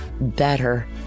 better